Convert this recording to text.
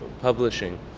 publishing